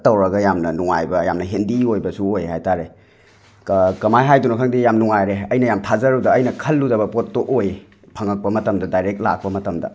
ꯄꯤꯛꯇꯛ ꯇꯧꯔꯒ ꯌꯥꯝꯅ ꯅꯨꯡꯉꯥꯏꯕ ꯌꯥꯝꯅ ꯍꯦꯟꯗꯤ ꯑꯣꯏꯕꯁꯨ ꯑꯣꯏꯌꯦ ꯍꯥꯏ ꯇꯥꯔꯦ ꯀꯃꯥꯏ ꯍꯥꯏꯗꯣꯏꯅꯣ ꯈꯪꯗꯦ ꯌꯥꯝ ꯅꯨꯡꯉꯥꯏꯔꯦ ꯑꯩꯅ ꯌꯥꯝ ꯊꯥꯖꯔꯨꯗ ꯑꯩꯅ ꯈꯜꯂꯨꯗꯕ ꯄꯣꯠꯇꯨ ꯑꯣꯏꯌꯦ ꯐꯪꯉꯛꯄ ꯃꯇꯝꯗ ꯗꯥꯏꯔꯦꯛ ꯂꯥꯛꯄ ꯃꯇꯝꯗ